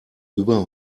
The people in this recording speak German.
über